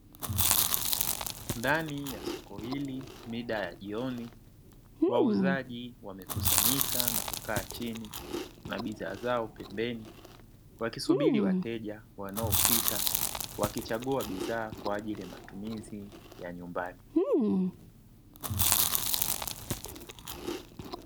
Ndani ya soko hili mida ya jioni, wauzaji wamekusanyika na kukaa chini na bidhaa zao pembeni; wakisubiri wateja wanaopita wakichagua bidhaa kwa ajili ya matumizi ya nyumbani.